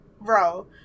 Bro